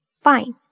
Fine